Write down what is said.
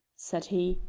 said he,